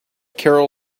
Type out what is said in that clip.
carol